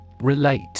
Relate